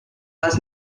les